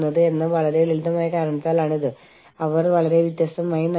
ചർച്ചകളുടെ പ്രക്രിയയ്ക്ക് എന്ത് നിയമങ്ങളാണ് ബാധകമാകുക